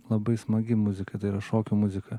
labai smagi muzika tai yra šokių muzika